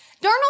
Darnold